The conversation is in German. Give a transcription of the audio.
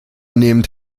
nehmend